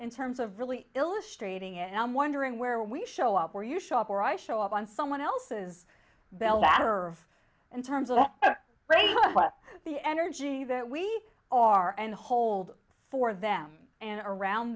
in terms of really illustrating it i'm wondering where we show up where you shop where i show up on someone else's belt that are in terms of race but the energy that we are and hold for them and around